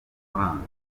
amafaranga